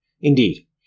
Indeed